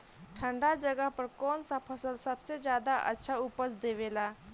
ठंढा जगह पर कौन सा फसल सबसे ज्यादा अच्छा उपज देवेला?